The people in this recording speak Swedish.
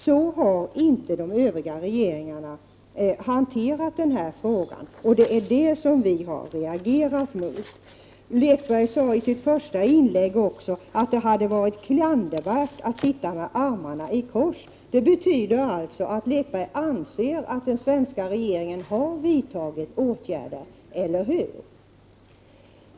Så har inte de övriga regeringarna hanterat den här frågan. Det är därför vi har reagerat. Sören Lekberg sade också i sitt första inlägg att det hade varit klandervärt att sitta med armarna i kors. Det betyder alltså att Sören Lekberg anser att den svenska regeringen har vidtagit åtgärder — eller hur?